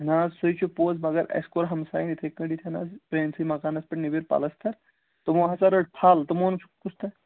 نہ حظ سُہ ہَے چھُ پوٚز مگر اَسہِ کوٚر ہمسایَن یِتھَے کٲٹھۍ ییٚتھٮ۪ن حظ پرٛٲنۍسٕے مکانَس پٮ۪ٹھ نیٚبٕرۍ پَلَستَر تِمو ہسا رٔٹ پھل تِمن چھُ کُس